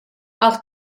auch